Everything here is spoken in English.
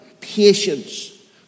patience